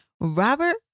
Robert